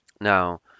Now